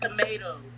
tomatoes